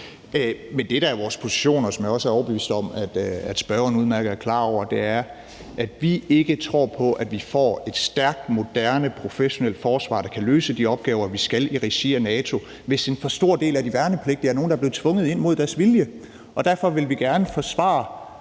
Men det, der er vores position, og som jeg også er overbevist om at spørgeren udmærket er klar over, er, at vi ikke tror på, at vi får et stærkt, moderne og professionelt forsvar, der kan løse de opgaver, vi skal i regi af NATO, hvis en for stor del af de værnepligtige er nogle, der er blevet tvunget ind mod deres vilje. Derfor vil vi gerne forsvare